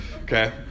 Okay